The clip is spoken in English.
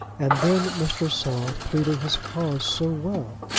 and then mr. saul pleaded his cause so well!